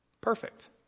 perfect